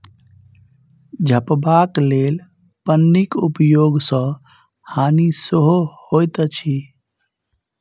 झपबाक लेल पन्नीक उपयोग सॅ हानि सेहो होइत अछि